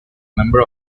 member